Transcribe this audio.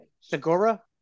Segura